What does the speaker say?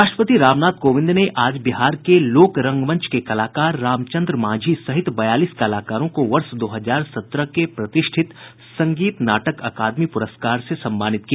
राष्ट्रपति रामनाथ कोविंद ने आज बिहार के लोक रंगमंच के कलाकार रामचंद्र मांझी सहित बयालीस कलाकारों को वर्ष दो हजार सत्रह के प्रतिष्ठित संगीत नाटक अकादमी पुरस्कार से सम्मानित किया